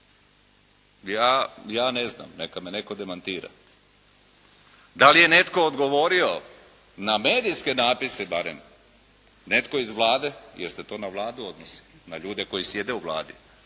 Ja ne znam, neka me netko demantira. Da li je netko odgovorio na medijske natpise barem, netko iz Vlade, jer se to na Vladu odnosi, na ljude koji sjede u Vladi.